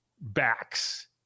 backs